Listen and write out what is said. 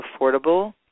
affordable